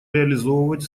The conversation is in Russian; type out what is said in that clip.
реализовывать